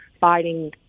fighting